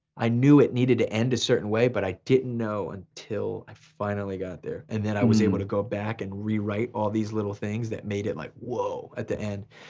i knew it needed to end a certain way, but i didn't know until i finally got there. and then i was able to go back and re-write all these little things that made it like whoa, at the end.